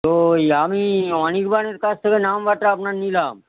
ওই আমি অনির্বাণের কাছ থেকে নাম্বারটা আপনার নিলাম